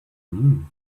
mean